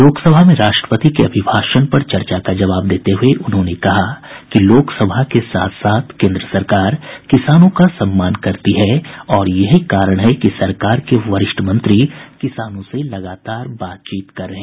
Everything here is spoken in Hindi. लोकसभा में राष्ट्रपति के अभिभाषण पर चर्चा का जबाव देते हुए उन्होंने कहा कि लोकसभा के साथ साथ केंद्र सरकार किसानों का सम्मान करती है और यही कारण है कि सरकार के वरिष्ठ मंत्री किसानों से लगातार बातचीत कर रहे हैं